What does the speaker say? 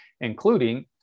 including